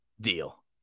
deal